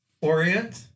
Orient